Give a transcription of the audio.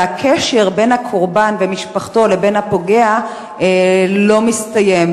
והקשר בין הקורבן ומשפחתו לבין הפוגע לא מסתיים.